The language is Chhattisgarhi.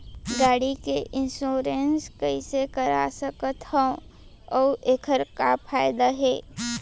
गाड़ी के इन्श्योरेन्स कइसे करा सकत हवं अऊ एखर का फायदा हे?